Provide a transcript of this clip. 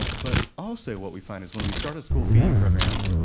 but also what we find is when we start a school feeding program,